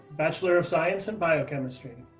bachelor of science in biochemistry.